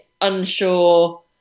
unsure